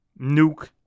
nuke